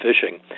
fishing